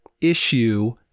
issue